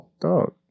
Dog